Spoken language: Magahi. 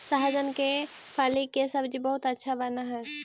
सहजन के फली के सब्जी बहुत अच्छा बनऽ हई